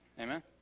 Amen